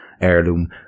heirloom